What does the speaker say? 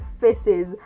faces